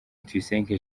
tuyisenge